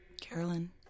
Carolyn